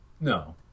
No